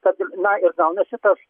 tad na ir gaunasi tas